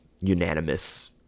unanimous